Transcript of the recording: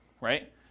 right